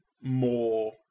more